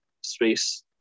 space